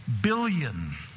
billion